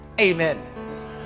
amen